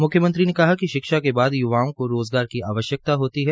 म्ख्यमंत्री ने कहा कि शिक्षा के बाद य्वाओं को रोज़गार की आवश्यक्ता होती है